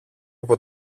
από